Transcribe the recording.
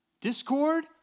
discord